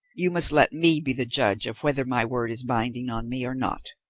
you must let me be the judge of whether my word is binding on me or not.